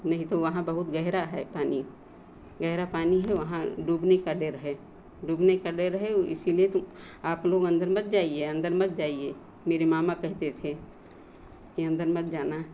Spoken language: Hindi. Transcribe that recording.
नहीं तो वहाँ बहुत गहरा है पानी गहरा पानी है वहाँ डूबने का डर है डूबने का डर है ओ इसीलिए आप लोग अंदर मत जाइए अंदर मत जाइए मेरे मामा कहते थे कि अंदर मत जाना